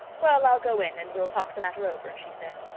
well, i'll go in and we'll talk the matter over, she said.